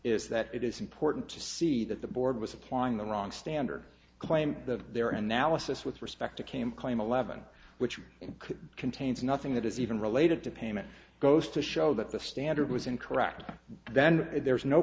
is that it is important to see that the board was applying the wrong standard claim that their analysis with respect to came claim eleven which could contains nothing that is even related to payment goes to show that the standard was incorrect then there is no